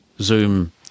Zoom